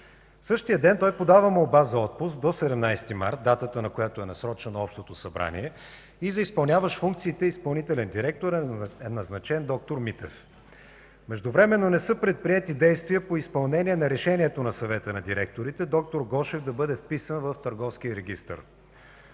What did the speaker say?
Същия ден той подава молба за отпуск до 17 март – датата, на която е насрочено Общото събрание, и за изпълняващ функциите на изпълнителен директор е назначен д-р Митев. Междувременно не са предприети действия по изпълнение на решението на Съвета на директорите д-р Гошев да бъде вписан в Търговския регистър.